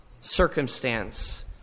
circumstance